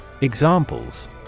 Examples